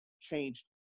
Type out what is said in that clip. changed